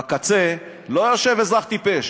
בקצה לא יושב אזרח טיפש.